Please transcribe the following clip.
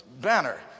banner